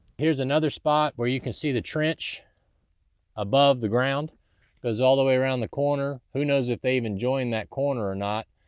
here's another spot where you can see the trench above the ground. it goes all the way around the corner. who knows if they even joined that corner or not?